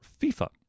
FIFA